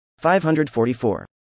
544